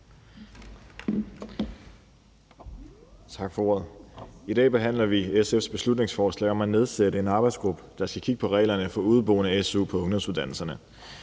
I dag behandler vi SF's beslutningsforslag om at nedsætte en arbejdsgruppe, der skal kigge på reglerne for su til udeboende på ungdomsuddannelserne.